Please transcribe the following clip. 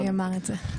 מי אמר את זה?